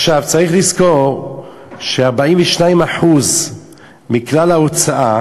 עכשיו, צריך לזכור ש-42% מכלל ההוצאה